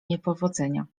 niepowodzenia